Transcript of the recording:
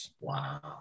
Wow